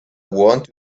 want